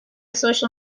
social